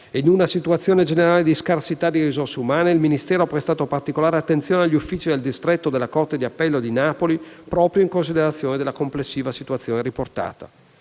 in una situazione generale di scarsità di risorse umane, il Ministero ha prestato particolare attenzione agli uffici del distretto della corte d'appello di Napoli, proprio in considerazione della complessiva situazione riscontrata.